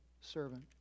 servant